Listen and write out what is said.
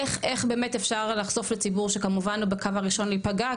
איך באמת אפשר לחשוף לציבור שכמובן בקו הראשון להיפגע,